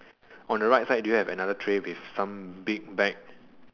on the right side do you have another tray with some big bag